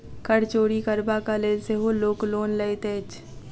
कर चोरि करबाक लेल सेहो लोक लोन लैत अछि